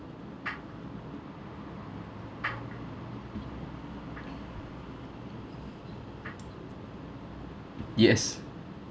yes